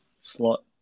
slot